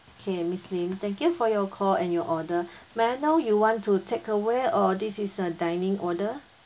okay miss lim thank you for your call and your order may I know you want to take away or this is a dining order